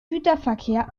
güterverkehr